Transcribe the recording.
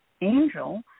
Angel